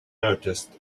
noticed